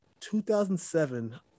2007